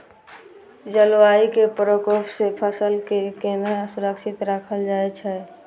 जलवायु के प्रकोप से फसल के केना सुरक्षित राखल जाय छै?